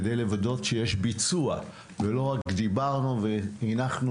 כדי לוודא שיש ביצוע ולא רק דיברנו והנחנו